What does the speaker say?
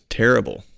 terrible